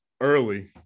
early